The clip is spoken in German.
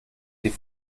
die